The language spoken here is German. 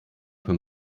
für